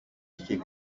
είχε